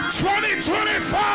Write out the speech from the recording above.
2024